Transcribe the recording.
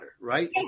right